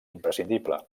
imprescindible